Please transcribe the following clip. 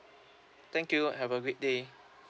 thank you have a great day